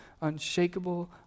unshakable